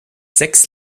sechs